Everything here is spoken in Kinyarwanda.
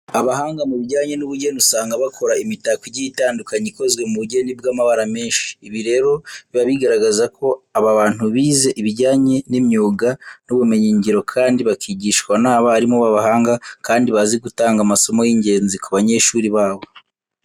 Abahanga mu bijyanye n'ubugeni usanga bakora imitako igiye itandukanye ikozwe mu bugeni bw'amabara menshi. Ibi rero biba bigaragaza ko aba bantu bize ibijyanye n'imyuga n'ubumenyingiro kandi bakigishwa n'abarimu b'abahanga kandi bazi gutanga amasomo y'ingenzi ku banyeshuri babo.